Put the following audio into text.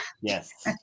Yes